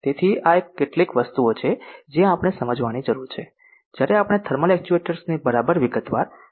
તેથી આ કેટલીક વસ્તુઓ છે જે આપણે સમજવાની જરૂર છે જ્યારે આપણે થર્મલ એક્ચ્યુએટર્સ ને બરાબર વિગતવાર સમજી રહ્યા છીએ